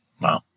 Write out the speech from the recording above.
Wow